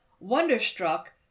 wonderstruck